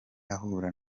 ahura